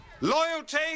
Loyalty